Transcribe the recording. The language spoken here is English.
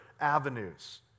avenues